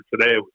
today